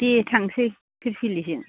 दे थांसै पिर पिलिजों